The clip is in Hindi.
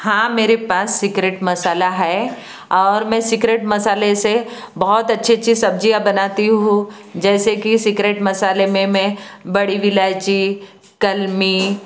हाँ मेरे पास सीक्रेट मसाला है और मैं सीक्रेट मसाले से बहुत अच्छी अच्छी सब्जियां बनाती हूँ जैसे की सीक्रेट मसाले मे मैं बड़ी इलायची कलमी